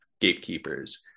gatekeepers